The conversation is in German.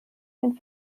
den